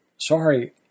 sorry